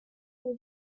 for